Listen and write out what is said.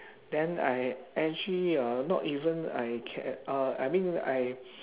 then I actually hor not even I can uh I mean I